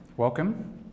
Welcome